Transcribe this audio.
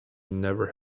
never